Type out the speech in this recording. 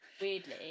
Weirdly